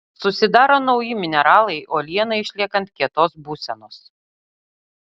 susidaro nauji mineralai uolienai išliekant kietos būsenos